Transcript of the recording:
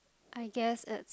I guess as